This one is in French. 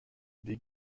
des